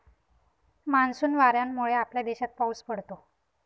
monsoon वाऱ्यांमुळे आपल्या देशात पाऊस पडतो